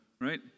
right